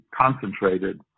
concentrated